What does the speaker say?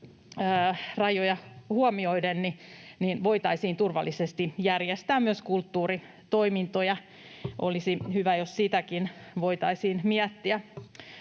turvarajoja huomioiden turvallisesti järjestää myös kulttuuritoimintoja. Olisi hyvä, jos sitäkin voitaisiin miettiä.